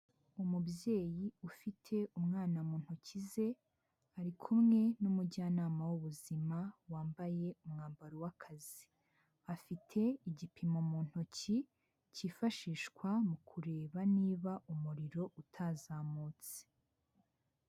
Umubyeyi ufite umwana mu ntoki ze ari kumwe n'umujyanama w'ubuzima wambaye umwambaro w'akazi, afite igipimo mu ntoki cyifashishwa mu kureba niba umuriro utazamutse.